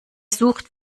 sucht